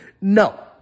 No